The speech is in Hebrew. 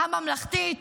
הממלכתית,